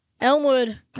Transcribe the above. Elmwood